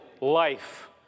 life